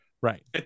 Right